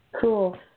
cool